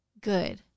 good